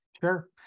sure